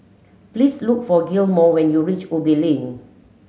please look for Gilmore when you reach Ubi Link